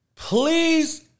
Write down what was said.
please